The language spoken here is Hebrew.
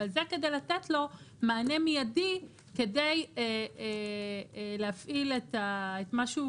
אבל זה כדי לתת לו מענה מיידי כדי להפעיל את אותן